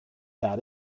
that